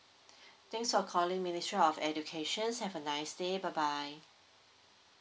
thanks for calling ministry of education have a nice day bye bye